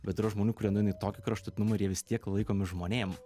bet yra žmonių kurie nueina į tokį kraštutinumą ir jie vis tiek laikomi žmonėm